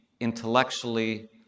intellectually